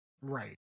Right